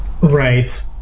Right